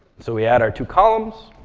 so we add our two columns,